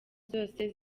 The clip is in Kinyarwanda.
zose